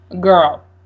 Girl